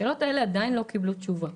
השאלות לא קיבלו תשובות,